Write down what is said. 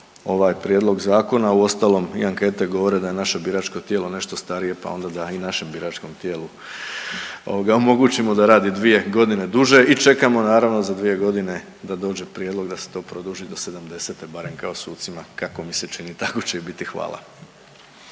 ovaj prijedlog zakona. Uostalom i ankete govore da je naše biračko tijelo nešto starije, pa onda i da našem biračkom tijelu omogućimo da radi dvije godine duže i čekamo naravno za dvije godine da dođe prijedlog da se to produži do sedamdesete barem kao sucima kako mi se čini tako će i biti. Hvala.